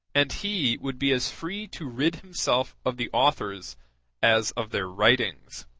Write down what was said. and he would be as free to rid himself of the authors as of their writings.